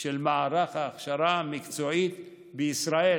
של מערך ההכשרה המקצועית בישראל,